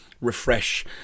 refresh